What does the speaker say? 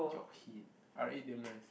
your head R-eight damn nice